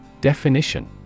Definition